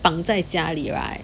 绑在家里 right